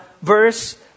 Verse